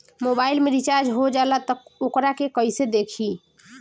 Mobile में recharge हो जाला त वोकरा के कइसे देखी?